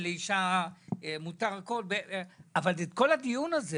כל הדיון הזה